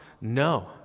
No